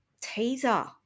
teaser